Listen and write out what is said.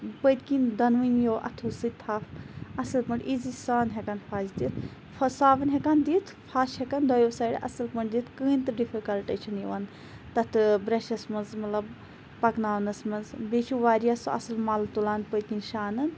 پٔتکِنۍ دۄنوٕنِیَو اَتھَو سۭتۍ تھَپھ اَصل پٲٹھۍ ایٖزی سان ہیٚکان پھَش دِتھ ہۄ صابَن ہیٚکان دِتھ پھَش ہیٚکان دۄیَو سایڈَو اَصل پٲٹھۍ دِتھ کٕہٕنۍ تہِ ڈِفِکَلٹ چھُ نہٕ یِوان تَتھ بریٚشَس مَنٛز مَطلَب پَکناونَس مَنٛز بیٚیہِ چھُ واریاہ سُہ اَصل مَل تُلان پٔتکِنۍ شانَن